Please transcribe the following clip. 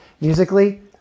musically